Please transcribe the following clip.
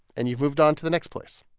and you've moved on to the next place